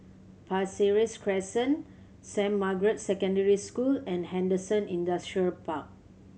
Pasir Ris Crest Saint Margaret's Secondary School and Henderson Industrial Park